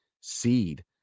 seed